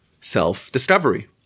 self-discovery